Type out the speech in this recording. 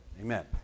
Amen